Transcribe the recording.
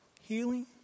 healing